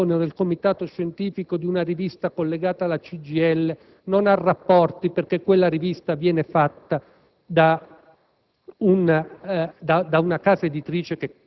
chi fa parte del comitato di direzione o del comitato scientifico di una rivista collegata alla CGIL non ha rapporti col sindacato perché quella rivista viene fatta da